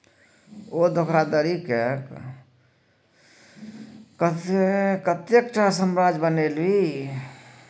ओ धोखाधड़ी कय कए एतेकटाक साम्राज्य बनेलनि